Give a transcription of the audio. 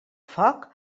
foc